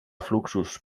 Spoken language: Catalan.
fluxos